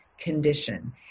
condition